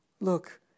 Look